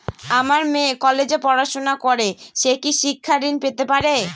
আমার মেয়ে কলেজে পড়াশোনা করে সে কি শিক্ষা ঋণ পেতে পারে?